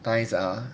nice ha